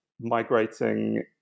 migrating